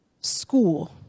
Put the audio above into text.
school